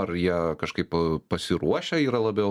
ar jie kažkaip pasiruošę yra labiau